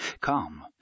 Come